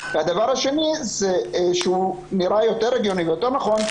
והדבר השני שהוא נראה יותר הגיוני ויותר נכון,